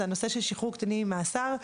זה הנושא של שחרור קטינים ממאסר.